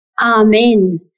Amen